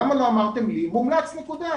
למה לא אמרתם לי מומלץ, נקודה?